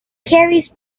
carries